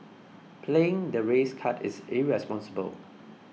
playing the race card is irresponsible